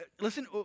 Listen